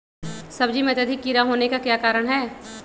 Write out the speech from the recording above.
सब्जी में अत्यधिक कीड़ा होने का क्या कारण हैं?